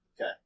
Okay